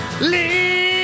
leave